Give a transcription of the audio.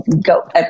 go